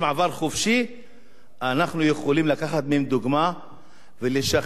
אנחנו יכולים לקחת מהם דוגמה ולשכנע ולחנך את ילדינו.